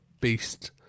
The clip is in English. beast